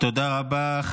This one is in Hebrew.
תודה רבה.